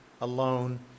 alone